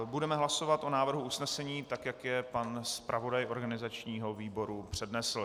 Budeme hlasovat o návrhu usnesení, tak jak je pan zpravodaj organizačního výboru přednesl.